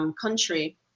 country